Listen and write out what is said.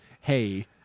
hey